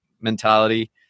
mentality